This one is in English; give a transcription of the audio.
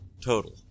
Total